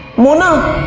mona,